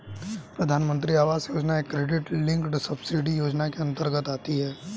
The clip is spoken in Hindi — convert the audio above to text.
प्रधानमंत्री आवास योजना एक क्रेडिट लिंक्ड सब्सिडी योजना के अंतर्गत आती है